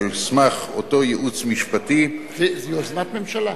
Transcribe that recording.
על סמך אותו ייעוץ משפטי זו יוזמת ממשלה?